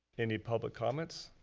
any public comments?